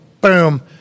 boom